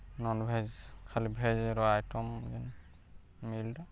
non veg ଖାଲି ଭେଜ୍ର item ଯେନ୍ ମିଲ୍ଟା